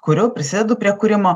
kuriu prisidedu prie kūrimo